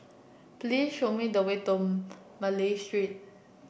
please show me the way to Malay Street